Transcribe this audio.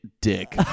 dick